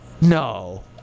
No